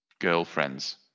Girlfriends